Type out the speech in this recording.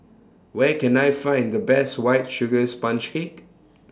Where Can I Find The Best White Sugar Sponge Cake